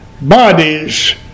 bodies